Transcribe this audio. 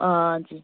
آ جی